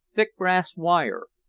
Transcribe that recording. thick brass wire,